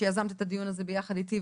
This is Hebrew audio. שיזמת את הדיון הזה ביחד איתי,